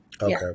okay